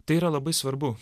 tai yra labai svarbu